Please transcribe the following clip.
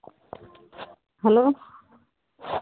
hello